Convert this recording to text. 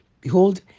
Behold